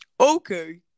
okay